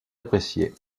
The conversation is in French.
appréciée